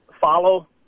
follow